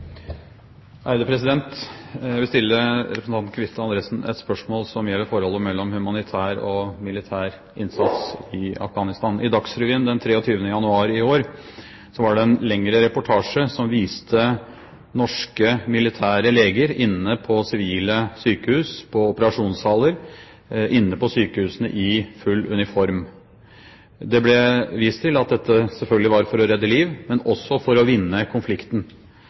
Jeg vil stille representanten Kvifte Andresen et spørsmål som gjelder forholdet mellom humanitær og militær innsats i Afghanistan. I Dagsrevyen den 23. januar i år var det en lengre reportasje som viste norske militære leger i full uniform i operasjonssaler inne på sivile sykehus. Det ble vist til at dette selvfølgelig var for å redde liv, men også for å vinne konflikten.